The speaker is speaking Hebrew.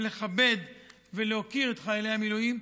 לכבד ולהוקיר את חיילי המילואים,